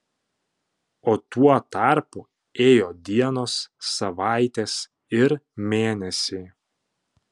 o tuo tarpu ėjo dienos savaitės ir mėnesiai